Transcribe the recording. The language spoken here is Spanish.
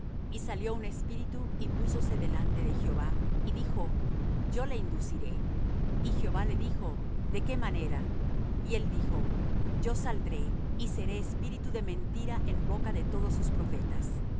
y salió un espíritu y púsose delante de jehová y dijo yo le induciré y jehová le dijo de qué manera y él dijo yo saldré y seré espíritu de mentira en boca de todos sus profetas